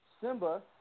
Simba